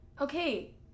okay